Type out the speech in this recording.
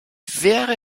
wäre